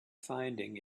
finding